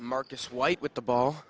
marcus white with the ball